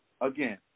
again